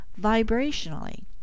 vibrationally